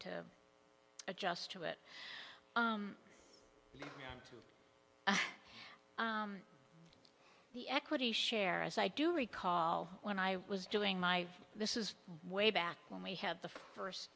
to adjust to it the equity share as i do recall when i was doing my this is way back when we have the first